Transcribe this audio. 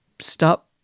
stop